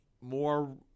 more